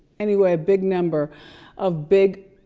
anyway, a big number of big